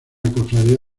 cofradía